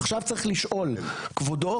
עכשיו צריך לשאול כבודו,